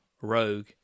rogue